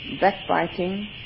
backbiting